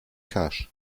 cache